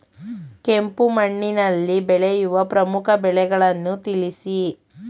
ಕೆಂಪು ಮಣ್ಣಿನಲ್ಲಿ ಬೆಳೆಯುವ ಪ್ರಮುಖ ಬೆಳೆಗಳನ್ನು ತಿಳಿಸಿ?